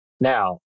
Now